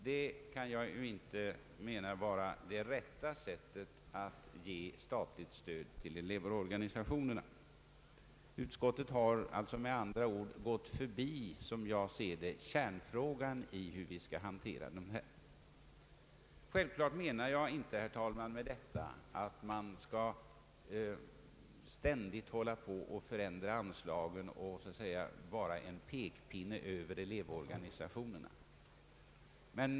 Det kan jag inte anse vara det rätta sättet att ge statligt stöd till elevorganisationerna. Som jag ser det har utskottet med andra ord gått förbi kärnfrågan. Givetvis menar jag inte, herr talman, med detta att man ständigt skall hålla på att förändra anslagen och så att säga vara en pekpinne över elevorganisationerna.